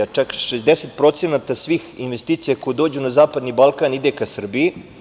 Čak 60% svih investicija koje dođu na zapadni Balkan ide ka Srbiji.